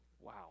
Wow